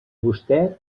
vostè